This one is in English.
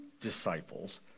disciples